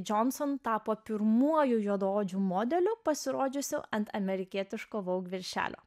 johnson tapo pirmuoju juodaodžiu modeliu pasirodžiusio ant amerikietiško vogue viršelio